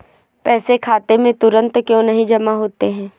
पैसे खाते में तुरंत क्यो नहीं जमा होते हैं?